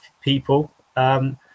people